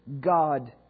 God